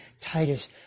Titus